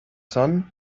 sun